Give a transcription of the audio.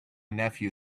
nephew